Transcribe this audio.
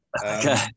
okay